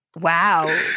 Wow